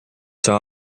saa